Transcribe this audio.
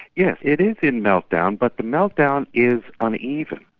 yes. it is in meltdown but the meltdown is uneven.